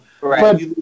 Right